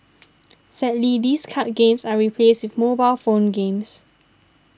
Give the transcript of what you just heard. sadly these card games are replaced mobile phone games